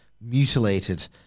mutilated